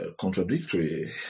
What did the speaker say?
contradictory